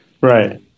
right